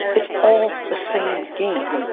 it's all the same game.